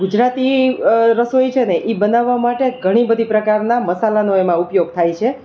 ગુજરાતની રસોઈ છે ને એ બનાવવા માટે ઘણી બધી પ્રકારના મસાલાનો એમાં ઉપયોગ થાય છે